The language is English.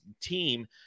team